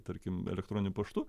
tarkim elektroniniu paštu